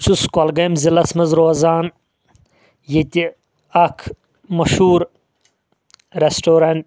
بہٕ چھُس گۄلگٲمۍ ضلعس منٛز روزان ییٚتہِ اکھ مشہوٗر رٮ۪سٹورنٹ